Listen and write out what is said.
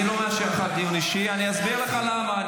אני לא מאשר לך דיון אישי, אני אסביר לך למה.